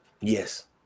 Yes